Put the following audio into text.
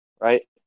right